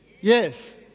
Yes